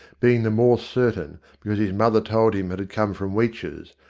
being the more certain because his mother told him it had come from weech's,